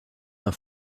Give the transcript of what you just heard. d’un